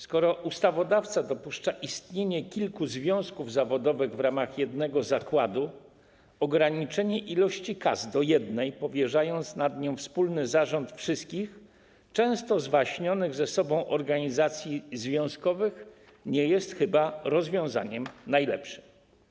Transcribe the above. Skoro ustawodawca dopuszcza istnienie kilku związków zawodowych w ramach jednego zakładu, ograniczenie ilości kas do jednej, powierzając nad nią wspólny zarząd wszystkich, często zwaśnionych ze sobą organizacji związkowych, nie jest chyba rozwiązaniem najlepszym.